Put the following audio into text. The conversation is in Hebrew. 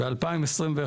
ב-2021